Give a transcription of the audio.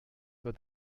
but